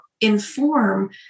inform